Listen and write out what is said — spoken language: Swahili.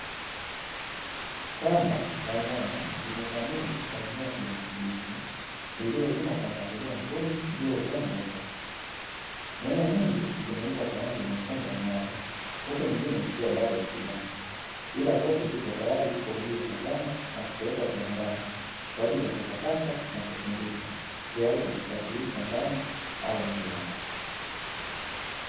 Shamba la nyanya limeshamiri kwa mimea ya kijani kibichi iliyolimwa kwa mpangilio mzuri juu ya udongo wa rutuba. Nyanya nyingi zimeiva kwa rangi nyekundu ang'avu huku nyingine zikiwa bado za kijani, ila zote zipo tayari kwa ajili ya kuvunwa na kupelekwa kiwandani kwa ajili ya kuchakatwa na kusindikwa tayari kwa kusafirishwa ndani au nje ya nchi.